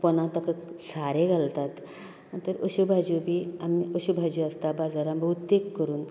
पोंदां ताका सारें घालतात तर अश्यो भाजी बी आमी अश्यो भाजयो आसता बाजारांत भोवतेक करून